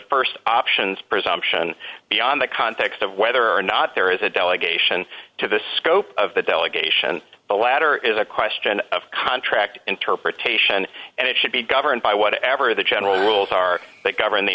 the st options presumption beyond the context of whether or not there is a delegation to the scope of the delegation the latter is a question of contract interpretation and it should be governed by whatever the general rules are that govern the